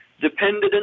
depended